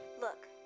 Look